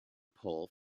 pole